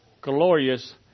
glorious